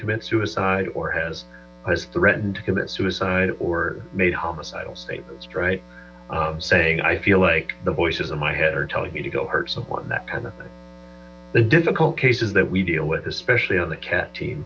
commit suicide or has threatened to commit suicide or made homicidal statements saying i feel like the voices in my head are telling me to go hurt someone in that kind of difficult cases that we deal with especially on the cat team